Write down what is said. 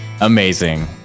amazing